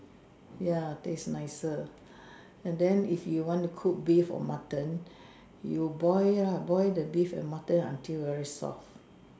ya tastes nicer and then if you want to cook beef or Mutton you boil lah boil the beef and Mutton until very soft